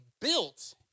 built